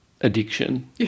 addiction